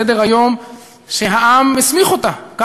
את סדר-היום שהעם הסמיך אותה לקיים.